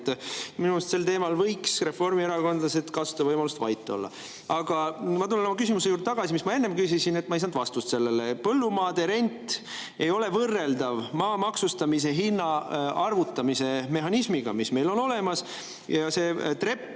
Minu arust sel teemal võiksid reformierakondlased kasutada võimalust vait olla. Aga ma tulen tagasi oma küsimuse juurde, mis ma enne küsisin, sest ma ei saanud vastust sellele. Põllumaade rent ei ole võrreldav maa maksustamise hinna arvutamise mehhanismiga, mis meil on olemas. See trepp